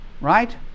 right